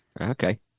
Okay